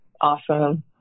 Awesome